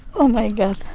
oh, my god.